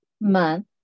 month